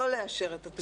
לא לאשר את התיקון,